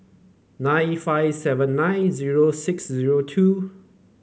nine five seven nine zero six zero two